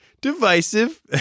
divisive